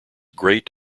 great